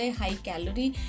high-calorie